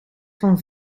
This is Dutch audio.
van